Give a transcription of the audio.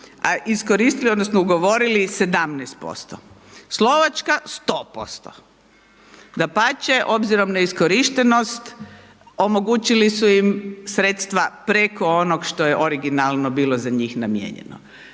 a iskoristili odnosno ugovorili 17%, Slovačka 100%, dapače obzirom na iskorištenost omogućili su im sredstva preko onog što je originalno bilo za njih namijenjeno.